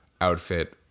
outfit